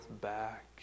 back